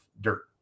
dirt